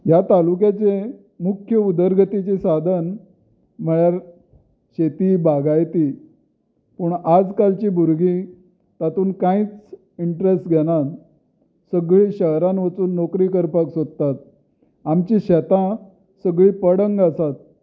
ह्या तालुक्याचें मुख्य उदरगतीचें साधन म्हणल्यार शेती बागायती पूण आज कालची भुरगीं तातूंत कांयच इंट्रस्ट घेनात सगळीं शहरांत वचून नोकरी करपाक सोदतात आमची शेतां सगळीं पडंग आसात